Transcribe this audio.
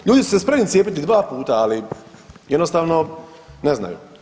Ljudi su se spremni cijepiti 2 puta ali jednostavno ne znaju.